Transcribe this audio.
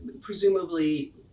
presumably